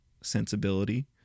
sensibility